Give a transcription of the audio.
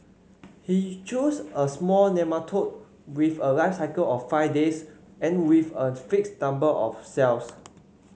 he chose a small nematode with a life cycle of five days and with a fixed number of cells